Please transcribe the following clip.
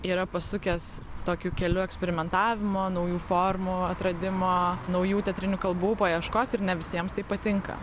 yra pasukęs tokiu keliu eksperimentavimo naujų formų atradimo naujų teatrinių kalbų paieškos ir ne visiems tai patinka